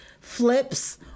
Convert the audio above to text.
flips